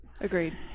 Agreed